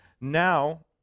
now